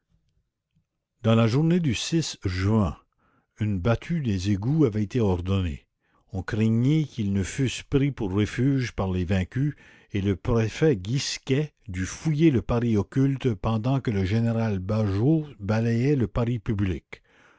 dans la journée du juin une battue des égouts avait été ordonnée on craignit qu'ils ne fussent pris pour refuge par les vaincus et le préfet gisquet dut fouiller le paris occulte pendant que le général bugeaud balayait le paris public